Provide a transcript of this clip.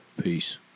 Peace